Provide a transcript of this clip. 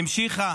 המשיכה